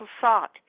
sought